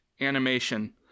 animation